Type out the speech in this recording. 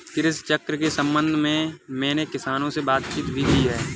कृषि चक्र के संबंध में मैंने किसानों से बातचीत भी की है